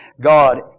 God